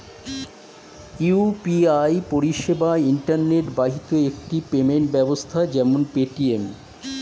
UPI পরিষেবা internet বাহিত একটি পেমেন্ট ব্যবস্থা যেমন পেটিএম